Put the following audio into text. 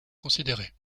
considérés